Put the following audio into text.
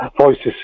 voices